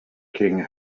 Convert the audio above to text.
king